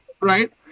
right